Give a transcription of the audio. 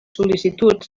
sol·licituds